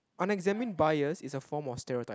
unexamined bias is a form of stereotype